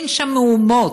אין שם מהומות,